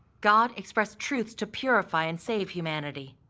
god expressed truths to purify and save humanity.